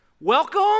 Welcome